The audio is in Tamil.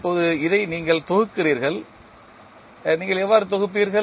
இப்போது இதை நீங்கள் தொகுக்கிறீர்கள் நீங்கள் எவ்வாறு தொகுப்பீர்கள்